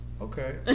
okay